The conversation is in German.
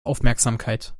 aufmerksamkeit